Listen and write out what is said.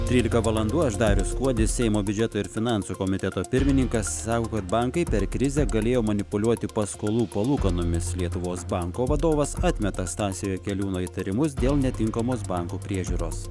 trylika valandų aš darius kuodis seimo biudžeto ir finansų komiteto pirmininkas sako kad bankai per krizę galėjo manipuliuoti paskolų palūkanomis lietuvos banko vadovas atmeta stasio jakeliūno įtarimus dėl netinkamos banko priežiūros